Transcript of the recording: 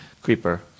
Creeper